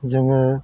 जोङो